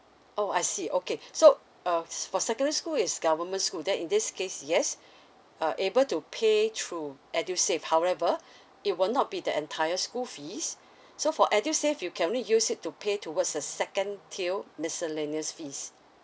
oh I see okay so uh for secondary school is government school then in this case yes uh able to pay through edusave however it will not be the entire school fees so for edusave you can only use it to pay towards a second tier miscellaneous fees